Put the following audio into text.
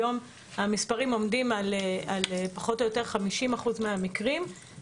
היום המספרים עומדים על פחות או יותר 50 אחוזים מהמקרים.